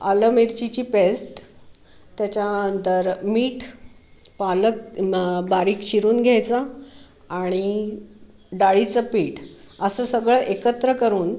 आलं मिरची पेस्ट त्याच्यानंतर मीठ पालक मग बारीक चिरून घ्यायचा आणि डाळीचं पीठ असं सगळं एकत्र करून